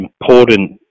important